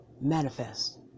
manifest